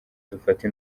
dufate